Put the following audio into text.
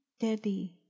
Daddy